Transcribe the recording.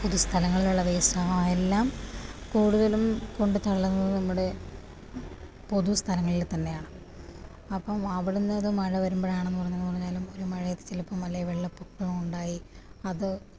പൊതുസ്ഥലങ്ങളിലുള്ള waste ആകാം എല്ലാം കുടുതലും കൊണ്ട് തള്ളുന്നത് നമ്മുടെ പൊതുസ്ഥലങ്ങളിൽ തന്നെയാണ് അപ്പം അവിടുന്നൊരു മഴവരുമ്പോഴാണെന്നുണ്ടന്നാലും മഴയത്തും മല വെള്ളപൊക്കമുണ്ടായി അത്